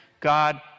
God